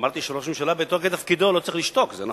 אמרת שראש הממשלה לא היה צריך לשתוק, זה נכון,